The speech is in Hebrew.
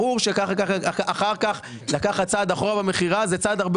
ברור שאחר כך לקחת צעד אחורה במכירה - זה צעד הרבה